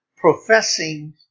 professing